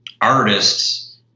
artists